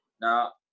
Now